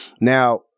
Now